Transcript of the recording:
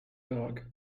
dog